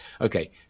okay